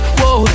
Whoa